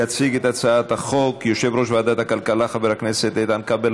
יציג את הצעת החוק יושב-ראש ועדת הכלכלה חבר הכנסת איתן כבל,